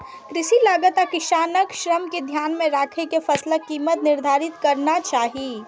कृषि लागत आ किसानक श्रम कें ध्यान मे राखि के फसलक कीमत निर्धारित होना चाही